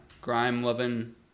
grime-loving